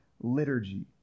liturgy